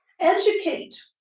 educate